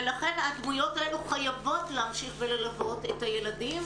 ולכן הדמויות האלו חייבות להמשיך וללוות את הילדים.